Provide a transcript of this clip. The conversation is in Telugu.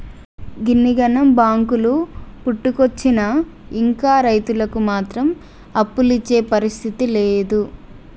గిన్నిగనం బాంకులు పుట్టుకొచ్చినా ఇంకా రైతులకు మాత్రం అప్పులిచ్చే పరిస్థితి లేదు